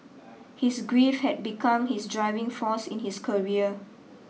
his grief had become his driving force in his career